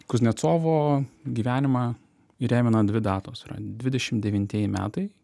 kuznecovo gyvenimą įrėmina dvi datos yra dvidešim devintieji metai